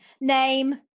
name